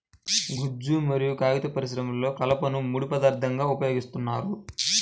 గుజ్జు మరియు కాగిత పరిశ్రమలో కలపను ముడి పదార్థంగా ఉపయోగిస్తున్నారు